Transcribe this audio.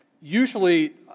usually